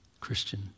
Christian